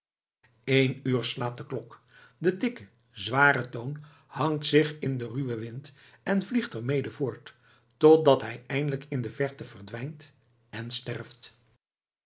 eén uur slaat de klok de dikke zware toon hangt zich in den ruwen wind en vliegt er mede voort totdat hij eindelijk in de verte verdwijnt en sterft